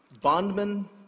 bondman